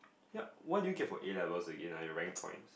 ya what did you get for A-levels again ah your rank points